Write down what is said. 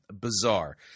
bizarre